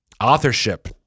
authorship